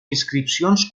inscripcions